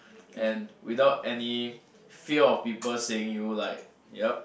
and without any fear of people saying you like ya